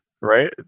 right